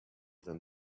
than